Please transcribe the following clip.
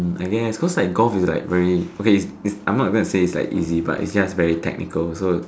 I guess cause like golf is like very okay it's I'm not even a phrase like easy but it's just very technical so